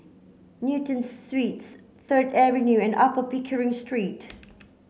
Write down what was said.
Newton Suites Third Avenue and Upper Pickering Street